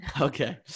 okay